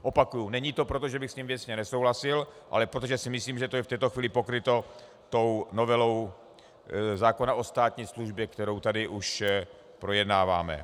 Opakuji, není to proto, že bych s ním věcně nesouhlasil, ale protože si myslím, že je to v této chvíli pokryto tou novelou zákona o státní službě, kterou tady už projednáváme.